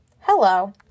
hello